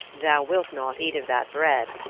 thou wilt not eat of that bread,